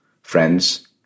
friends